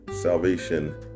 salvation